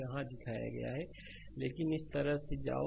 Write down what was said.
यहाँ दिखाया गया है लेकिन इस तरह से जाओ